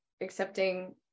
accepting